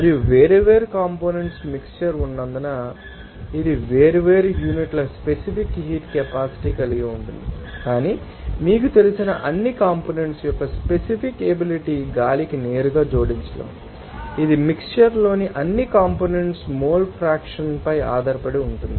మరియు వేర్వేరు components mixture ఉన్నందున మరియు ఇది వేర్వేరు యూనిట్ల స్పెసిఫిక్ హీట్ కెపాసిటీ కలిగి ఉంటుంది కానీ మీకు తెలిసిన అన్ని కంపోనెంట్స్ యొక్క స్పెసిఫిక్ ఎబిలిటీ గాలికి నేరుగా జోడించలేము ఇది మిక్శ్చర్ లోని అన్ని కంపోనెంట్స్ మోల్ ఫ్రాక్షన్ పై కూడా ఆధారపడి ఉంటుంది